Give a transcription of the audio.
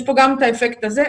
יש פה גם את האפקט הזה.